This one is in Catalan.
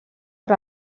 per